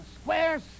squares